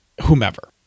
whomever